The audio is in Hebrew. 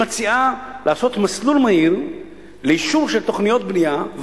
היא מציעה לעשות מסלול מהיר לאישור של תוכניות בנייה,